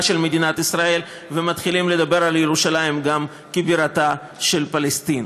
של מדינת ישראל ומתחילים לדבר על ירושלים גם כבירתה של פלסטין.